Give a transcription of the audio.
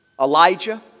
Elijah